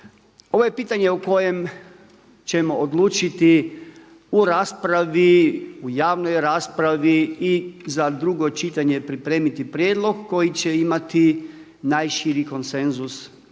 Ovo je pitanje o kojem ćemo odlučiti u raspravi u javnoj raspravi i za drugo čitanje pripremiti prijedlog koji će imati najširi konsenzus